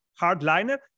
hardliner